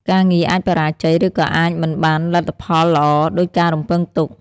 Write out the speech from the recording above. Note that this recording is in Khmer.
ការងារអាចបរាជ័យ ឬក៏អាចមិនបានលទ្ធផលល្អដូចការរំពឹងទុក។